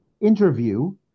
interview